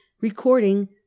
Recording